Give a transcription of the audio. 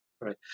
Right